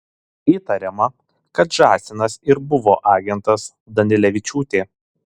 įtariama kad žąsinas ir buvo agentas danilevičiūtė